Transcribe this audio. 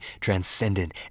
transcendent